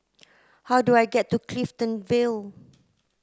how do I get to Clifton Vale